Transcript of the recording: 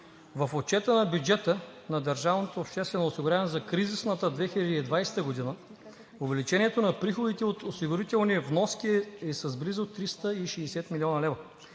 В отчета на бюджета на държавното обществено осигуряване за кризисната 2020 г. увеличението на приходите от осигурителни вноски е с близо 360 млн. лв.